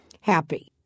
happy